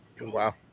Wow